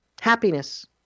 happiness